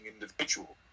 individual